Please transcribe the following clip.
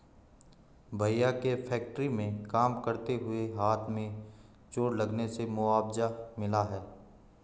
भैया के फैक्ट्री में काम करते हुए हाथ में चोट लगने से मुआवजा मिला हैं